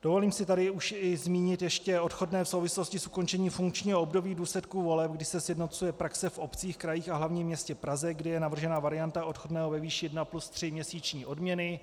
Dovolím si tady zmínit ještě odchodné v souvislosti s ukončením funkčního období v důsledku voleb, kdy se sjednocuje praxe v obcích, krajích a hlavním městě Praze, kdy je navržena varianta odchodného ve výši 1+3 měsíční odměny.